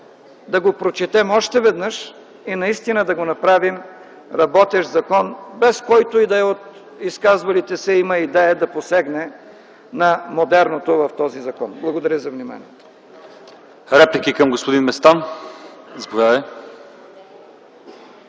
да го прочетем още веднъж и наистина да го направим работещ закон, без който и да е от изказвалите се да има идея да посегне на модерното в този закон. Благодаря за вниманието. ПРЕДСЕДАТЕЛ ЛЪЧЕЗАР ИВАНОВ: